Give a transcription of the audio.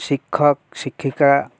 শিক্ষক শিক্ষিকা